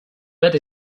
bet